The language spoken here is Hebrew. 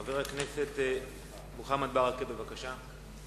חבר הכנסת מוחמד ברכה, בבקשה.